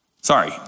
Sorry